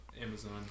Amazon